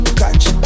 catch